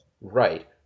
Right